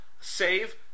Save